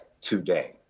today